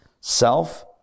self